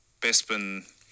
bespin